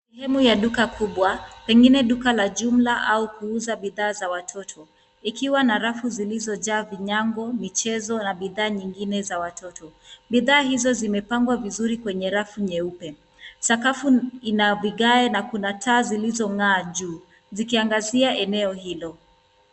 Sehemu ya duka kubwa, pengine duka la jumla au kuuza bidhaa za watoto. Ikiwa na rafu zilizojaa vinyango, michezo na bidhaa nyingine za watoto. Bidhaa hizo zimepangwa vizuri kwenye rafu nyeupe. Sakafu ina vigae na kuna taa zilizong'aa juu zikiangazia eneo hilo.